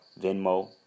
Venmo